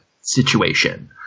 situation